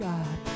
God